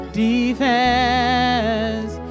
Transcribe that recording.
defense